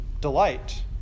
delight